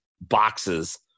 boxes